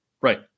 Right